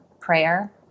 prayer